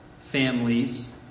families